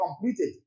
completed